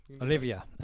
Olivia